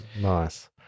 Nice